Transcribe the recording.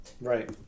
Right